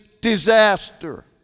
disaster